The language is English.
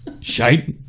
Shite